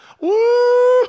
woo